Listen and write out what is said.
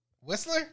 Whistler